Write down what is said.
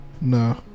No